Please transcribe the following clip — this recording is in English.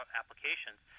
applications